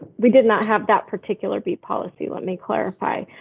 we did not have that particular be policy. let me clarify,